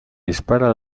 dispara